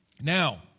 Now